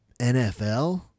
NFL